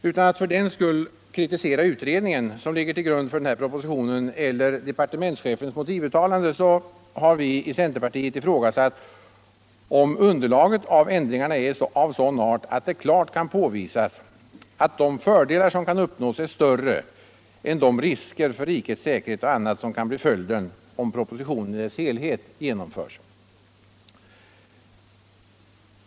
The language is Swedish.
Utan att för den skull kritisera utredningen, som ligger till grund för den här propositionen, eller departementschefens motivuttalanden, så har vi i centerpartiet ifrågasatt om underlaget för ändringarna är av sådan art, att det klart kan påvisas att de fördelar som kan uppnås är större än de risker för rikets säkerhet och annat som kan bli följden om propositionen i dess helhet genomförs.